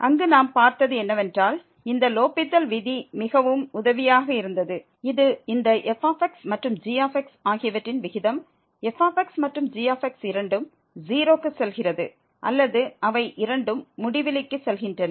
அங்கு நாம் பார்த்தது என்னவென்றால் இந்த லோப்பித்தல் விதி மிகவும் உதவியாக இருந்தது இது இந்த f மற்றும் g ஆகியவற்றின் விகிதம் f மற்றும் g இரண்டும் 0 க்கு செல்கிறது அல்லது அவை இரண்டும் முடிவிலிக்கு செல்கின்றன